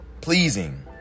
pleasing